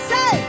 Say